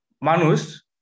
Manus